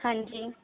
ਹਾਂਜੀ